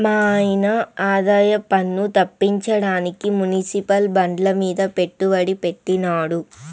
మాయన్న ఆదాయపన్ను తప్పించడానికి మునిసిపల్ బాండ్లమీద పెట్టుబడి పెట్టినాడు